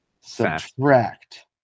subtract